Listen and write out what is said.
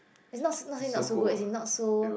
it's not s~ not say not so good as in not so